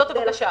זאת הבקשה.